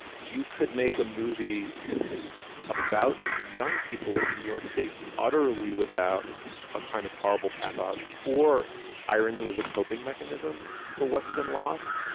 you could make a movie about young people in new york city utterly without a kind of horrible pathos or irony as a coping mechanism for what's been lost,